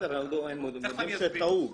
וספורטאים בכל הטיפול הזה.